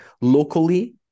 locally